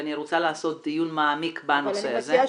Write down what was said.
ואני רוצה לעשות דיון מעמיק בנושא הזה.